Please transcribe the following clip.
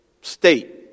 state